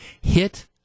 hit